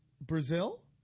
Brazil